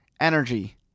energy